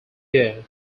year